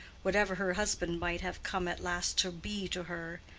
whatever her husband might have come at last to be to her,